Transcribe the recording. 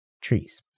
trees